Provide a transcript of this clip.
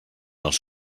els